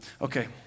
Okay